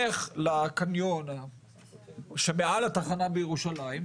לך לקניון שמעל התחנה בירושלים,